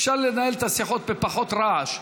אפשר לנהל את השיחות בפחות רעש.